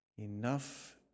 Enough